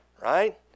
right